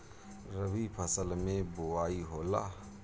रबी फसल मे बोआई होला?